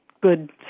good